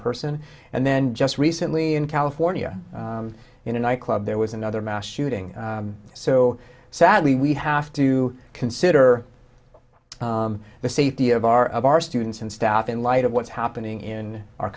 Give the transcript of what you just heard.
person and then just recently in california in a nightclub there was another mass shooting so sadly we have to consider the safety of our of our students and staff in light of what's happening in our